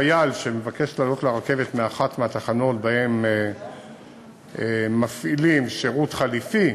חייל שמבקש לעלות לרכבת מאחת מהתחנות שבהן מפעילים שירות חלופי